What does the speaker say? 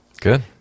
good